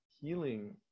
healing